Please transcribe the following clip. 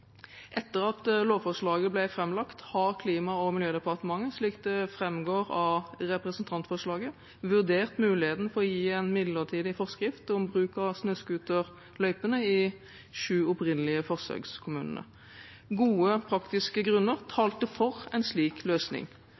Etter at lovforslaget ble framlagt, har Klima- og miljøverndepartementet, slik det framgår av representantforslaget, vurdert muligheten for å gi en midlertidig forskrift om bruk av snøscooterløypene i de sju opprinnelige forsøkskommunene. Gode, praktiske grunner talte for en slik løsning.